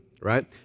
right